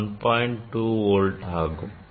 2 volt ஆகும்